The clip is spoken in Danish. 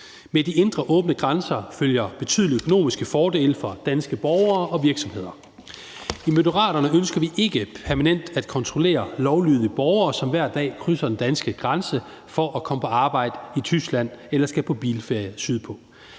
Med de indre åbne grænser følger betydelige økonomiske fordele for danske borgere og virksomheder. I Moderaterne ønsker vi ikke permanent at kontrollere lovlydige borgere, som hver dag krydser den danske grænse for at komme på arbejde i Tyskland, eller som skal på bilferie sydpå.